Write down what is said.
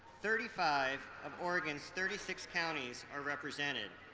thirty five of oregon's thirty six counties are represented.